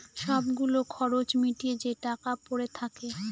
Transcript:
সব গুলো খরচ মিটিয়ে যে টাকা পরে থাকে